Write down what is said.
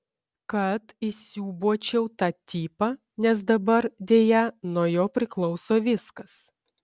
kad įsiūbuočiau tą tipą nes dabar deja nuo jo priklauso viskas